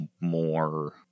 more